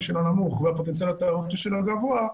נמוך והפוטנציאל התיירותי שלה הוא גבוה,